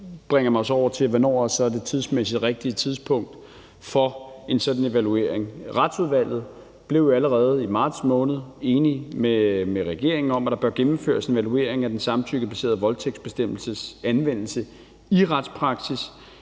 bringer mig så over til: Hvad er så det tidsmæssigt rigtige tidspunkt for en sådan evaluering? Retsudvalget blev jo allerede i marts måned enige med regeringen om, at der bør gennemføres en evaluering af den samtykkebaserede voldtægtsbestemmelses anvendelse i retspraksis,